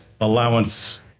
allowance